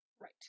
right